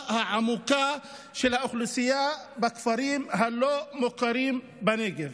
העמוקה של האוכלוסייה בכפרים הלא-מוכרים בנגב.